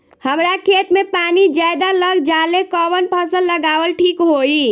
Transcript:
हमरा खेत में पानी ज्यादा लग जाले कवन फसल लगावल ठीक होई?